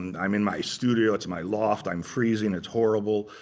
and i'm in my studio. it's in my loft. i'm freezing. it's horrible.